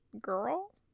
girl